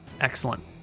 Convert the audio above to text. Excellent